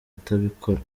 atabikora